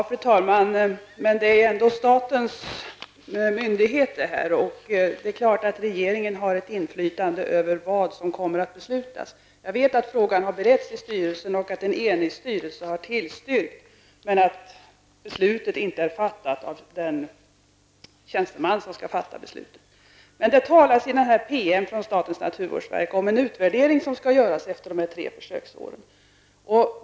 Fru talman! Men det är fråga om en statlig myndighet. Det är klart att regeringen har ett inflytande över vad som kommer att beslutas. Jag vet att frågan har beretts i styrelsen och att en enig styrelse har tillstyrkt men att beslutet inte är fattat av den tjänsteman som skall fatta beslutet. I en PM från statens naturvårdsverk talas det om en utvärdering som skall göras efter dessa tre försöksår.